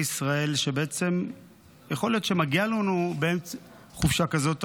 ישראל ובעצם מגיעה לנו חופשה כזאת ארוכה.